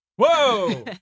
Whoa